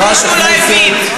אם מישהו לא הבין.